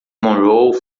monroe